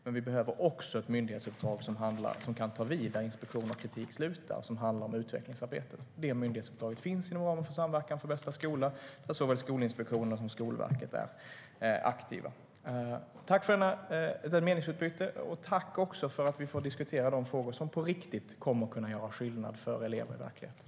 Men vi behöver också ett myndighetsuppdrag som kan ta vid där inspektion och kritik slutar och som handlar om utvecklingsarbete. Det myndighetsuppdraget finns inom ramen för Samverkan för bästa skola, där såväl Skolinspektionen som Skolverket är aktiva. Tack för meningsutbytet! Och tack för att vi får diskutera de frågor som på riktigt kommer att kunna göra skillnad för elever i verkligheten!